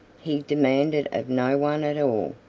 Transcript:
he demanded of no one at all,